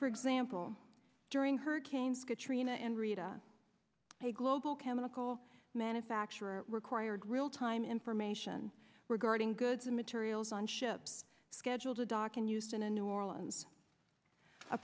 for example during hurricanes katrina and rita a global chemical manufacturer required real time information regarding goods and materials on ships scheduled to dock and used in a new orleans a